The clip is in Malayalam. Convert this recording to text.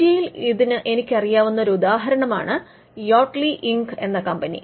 ഇന്ത്യയിൽ ഇതിന് എനിക്കറിയാവുന്ന ഒരു ഉദാഹരണമാണ് യോടലീ ഇങ്ക് എന്ന കമ്പനി